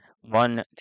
One